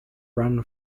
run